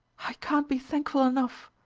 i can't be thankful enough,